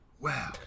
wow